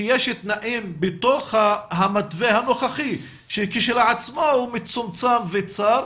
שיש תנאים בתוך המתווה שנוכחי שכשלעצמו הוא מצומצם וצר,